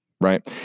right